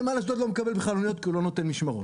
נמל אשדוד לא מקבל בכלל כי לא מקבל משמרות.